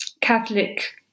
Catholic